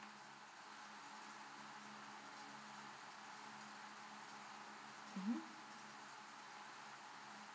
mm